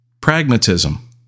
pragmatism